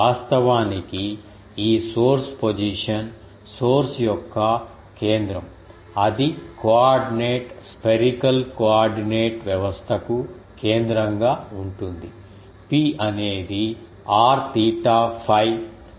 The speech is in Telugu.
వాస్తవానికి ఈ సోర్స్ పొజిషన్ సోర్స్ యొక్క కేంద్ర అది కోఆర్డినేట్ స్పెరికల్ కోఆర్డినేట్ వ్యవస్థ కు కేంద్రంగా ఉంటుంది P అనేది r తీటా 𝝓 ద్వారా వర్గీకరించబడుతుంది